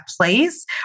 place